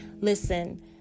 listen